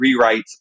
rewrites